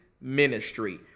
ministry